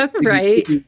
Right